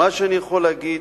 מה שאני יכול להגיד,